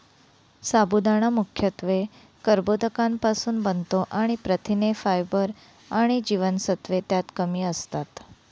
साबुदाणा मुख्यत्वे कर्बोदकांपासुन बनतो आणि प्रथिने, फायबर आणि जीवनसत्त्वे त्यात कमी असतात